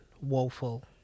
woeful